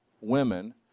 women